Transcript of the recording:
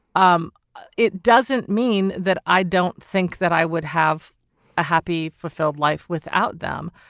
um it doesn't mean that i don't think that i would have a happy fulfilled life without them.